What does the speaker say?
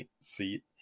seat